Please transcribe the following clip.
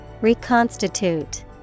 Reconstitute